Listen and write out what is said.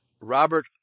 Robert